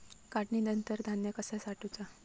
काढणीनंतर धान्य कसा साठवुचा?